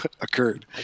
occurred